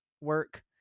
work